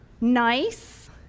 nice